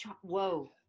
Whoa